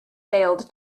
failed